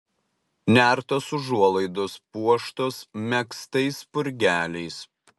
nertos užuolaidos puoštos megztais spurgeliais